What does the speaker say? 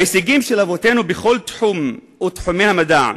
ההישגים של אבותינו בכל תחום מתחומי המדע,